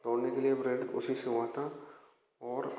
दौड़ने के लिए प्रेरित उसी से हुआ था और